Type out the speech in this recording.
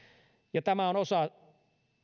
ja tämä on osa